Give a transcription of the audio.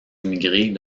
immigrés